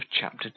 chapter